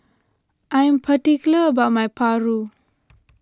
I am particular about my Papu